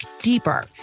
deeper